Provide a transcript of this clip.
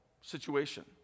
situation